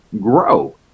grow